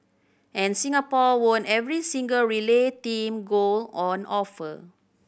and Singapore won every single relay team gold on offer